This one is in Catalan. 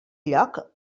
lloc